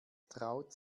traut